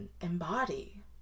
embody